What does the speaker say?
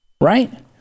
right